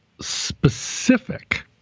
specific